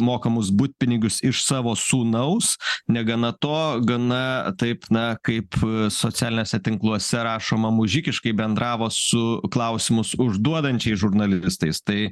mokamus butpinigius iš savo sūnaus negana to gana taip na kaip socialiniuose tinkluose rašoma mužikiškai bendravo su klausimus užduodančiais žurnalistais tai